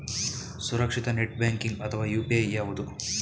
ಸುರಕ್ಷಿತ net banking ಅಥವಾ UPI ಯಾವುದು?